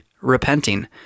repenting